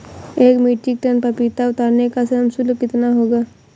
एक metric ton पपीता उतारने का श्रम शुल्क कितना होगा?